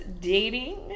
dating